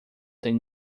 tem